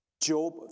Job